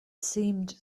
seemed